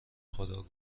خدا